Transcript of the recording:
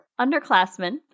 Underclassmen